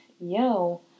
yo